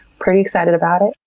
pretty excited about it.